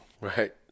right